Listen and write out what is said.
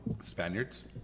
Spaniards